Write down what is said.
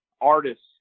artists